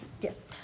yes